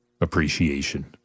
appreciation